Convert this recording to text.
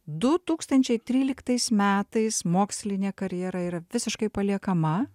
du tūkstančiai tryliktais metais mokslinė karjera yra visiškai paliekama